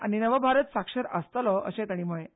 आनी नव भारत साक्षर आसतलो अशेंय तांणी म्हळें